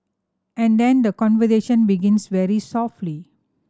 and then the conversation begins very softly